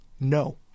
No